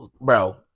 bro